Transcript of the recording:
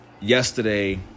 yesterday